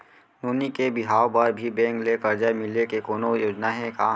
नोनी के बिहाव बर भी बैंक ले करजा मिले के कोनो योजना हे का?